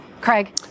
Craig